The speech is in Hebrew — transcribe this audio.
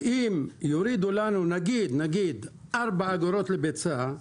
ואם יורידו לנו, נגיד נגיד, ארבע אגורות לביצה,